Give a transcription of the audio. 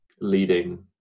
leading